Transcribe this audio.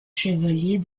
chevalier